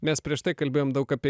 mes prieš tai kalbėjom daug apie